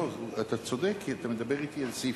התשע"ב 2012,